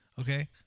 Okay